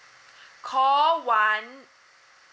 call one